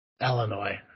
Illinois